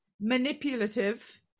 manipulative